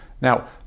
Now